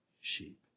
sheep